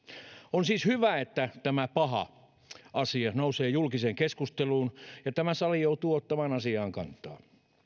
on siis hyvä että tämä paha asia nousee julkiseen keskusteluun ja tämä sali joutuu ottamaan asiaan kantaa